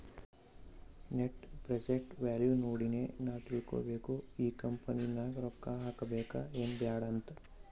net present value ನೋಡಿನೆ ನಾವ್ ತಿಳ್ಕೋಬೇಕು ಈ ಕಂಪನಿ ನಾಗ್ ರೊಕ್ಕಾ ಹಾಕಬೇಕ ಎನ್ ಬ್ಯಾಡ್ ಅಂತ್